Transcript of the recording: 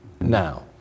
now